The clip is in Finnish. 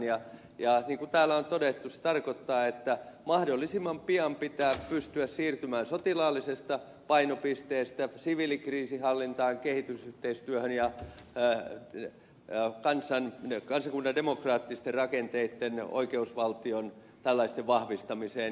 ja niin kun täällä on todettu se tarkoittaa että mahdollisimman pian pitää pystyä siirtymään sotilaallisesta painopisteestä siviilikriisinhallintaan kehitysyhteistyöhön ja kansakunnan demokraattisten rakenteitten oikeusvaltion ja tällaisten vahvistamiseen